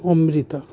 Amrita